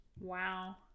Wow